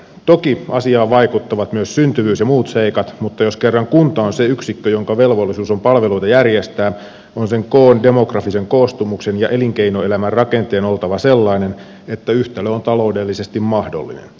toki asiaan vaikuttavat myös syntyvyys ja muut seikat mutta jos kerran kunta on se yksikkö jonka velvollisuus on palveluita järjestää on sen koon demografisen koostumuksen ja elinkeinoelämän rakenteen oltava sellainen että yhtälö on taloudellisesti mahdollinen